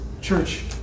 church